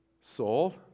soul